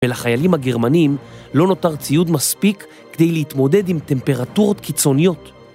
ולחיילים הגרמנים לא נותר ציוד מספיק כדי להתמודד עם טמפרטורות קיצוניות.